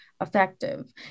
effective